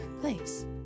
place